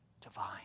divine